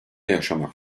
yaşamak